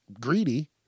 greedy